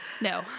No